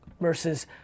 versus